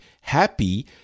happy